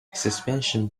suspension